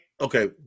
Okay